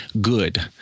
good